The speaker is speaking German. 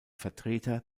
vertreter